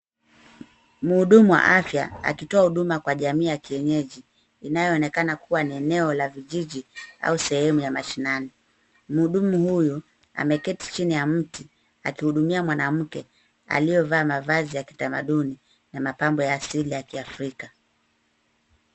Mhudumu wa afya akitoa huduma kwa jamii ya kienyeji, inayoonkena kuwa ni eneo la vijiji au sehemu ya mashinani. Mhudumu huyu ameketi chini ya mti, akihudumia mwanamke aliyevaa mavazi ya kitamaduni na mapambo ya asili ya kiafrika.